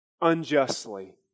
unjustly